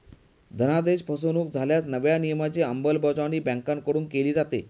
धनादेश फसवणुक झाल्यास नव्या नियमांची अंमलबजावणी बँकांकडून केली जाते